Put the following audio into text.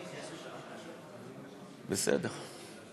בסדר.